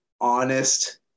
honest